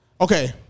Okay